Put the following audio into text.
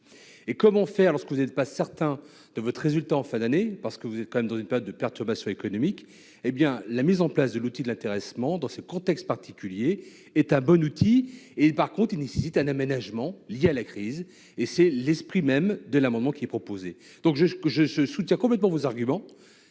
Or comment faire lorsque l'on n'est pas certain de son résultat en fin d'année, parce que l'on est quand même dans une période de perturbation économique ? La mise en place de l'outil de l'intéressement, dans ce contexte particulier, est un bon outil. En revanche, il nécessite un aménagement lié à la crise ; c'est l'esprit même de l'amendement proposé. Je soutiens donc complètement vos arguments,